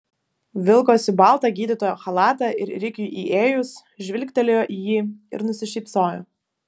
vilkosi baltą gydytojo chalatą ir rikiui įėjus žvilgtelėjo į jį ir nusišypsojo